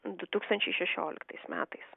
du tūkstančiai šešioliktais metais